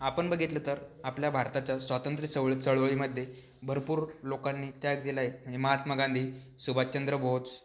आपण बघितलं तर आपल्या भारताच्या स्वातंत्र्य चवळी चळवळीमध्ये भरपूर लोकांनी त्याग दिला आहे म्हणजे महात्मा गांधी सुभाषचंद्र बोस